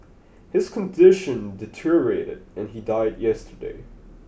his condition deteriorated and he died yesterday